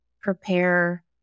prepare